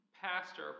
pastor